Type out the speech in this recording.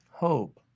hope